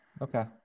Okay